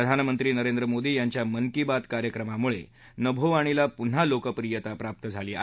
प्रधानमंत्री नरेंद्र मोदी यांच्या मन की बात कार्यक्रमामुळे नभोवाणीला पुन्हा लेकप्रियता प्राप्त झाली आहे असं ते म्हणाले